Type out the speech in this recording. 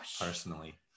personally